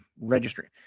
registry